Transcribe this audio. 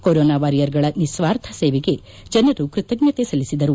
corona ವಾರಿಯರ್ಗಳ ನಿಸ್ವಾರ್ಥ ಸೇವೆಗೆ ಜನರು ಕೃತಜ್ಞತೆ ಗೌರವ ಸಲ್ಲಿಸಿದರು